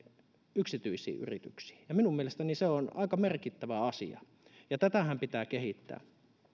yksityisiin yrityksiin ja minun mielestäni se on aika merkittävä asia ja tätähän pitää kehittää